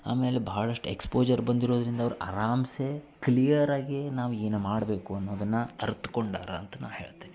ಆಮೇಲೆ ಬಹಳಷ್ಟು ಎಕ್ಸ್ಪೋಜರ್ ಬಂದಿರೋದರಿಂದ ಅವ್ರು ಅರಾಮ್ಸೆ ಕ್ಲಿಯರ್ ಆಗಿ ನಾವು ಏನು ಮಾಡಬೇಕು ಅನ್ನೋದನ್ನು ಅರಿತುಕೊಂಡಾರ ಅಂತ ನಾ ಹೇಳ್ತೀನಿ